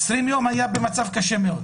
20 יום הוא היה במצב קשה מאוד.